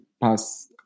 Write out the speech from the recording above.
pass